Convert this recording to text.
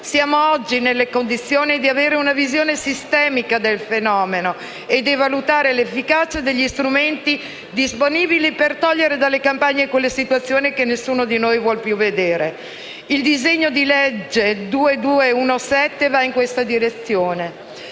siamo nelle condizioni di avere una visione sistemica del fenomeno e di valutare l'efficacia degli strumenti disponibili per togliere dalle campagne quelle situazioni che nessuno di noi vuol più vedere. Il disegno di legge n. 2217 va in questa direzione.